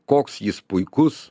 koks jis puikus